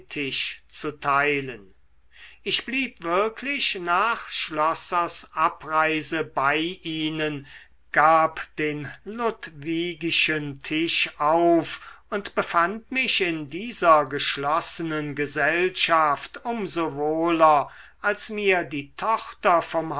zu teilen ich blieb wirklich nach schlossers abreise bei ihnen gab den ludwigischen tisch auf und befand mich in dieser geschlossenen gesellschaft um so wohler als mir die tochter vom